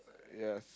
yes